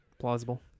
Plausible